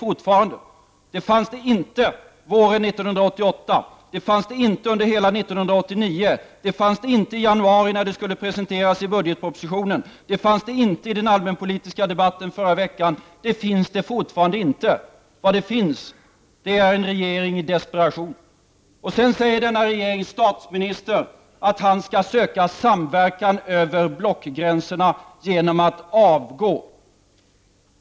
Det fanns ingen våren 1988, under hela 1989 och inte heller i januari när det skulle presenteras en ekonomisk politik i budgetpropositionen. Det fanns ingen ekonomisk politik i den allmänpolitiska debatten under förra veckan och fortfarande finns det inte någon. Vad som finns är en regering i desperation. Vidare säger denna regerings statsminister att han skall söka samverkan över blockgränserna genom att avgå.